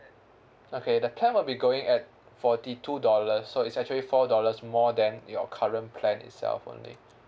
okay the plan will be going at forty two dollar so it's actually four dollars more than your current plan itself only